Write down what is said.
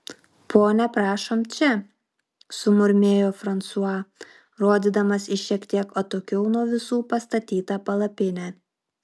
ponia prašom čia sumurmėjo fransua rodydamas į šiek tiek atokiau nuo visų pastatytą palapinę